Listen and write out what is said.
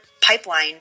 pipeline